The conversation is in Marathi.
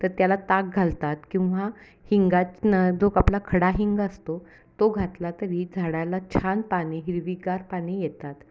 तर त्याला ताक घालतात किंवा हिंगाचं जो आपला खडा हिंग असतो तो घातला तरी झाडाला छान पाने हिरवीगार पाने येतात